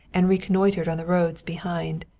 and reconnoitered on the roads behind.